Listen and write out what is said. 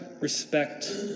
respect